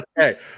Okay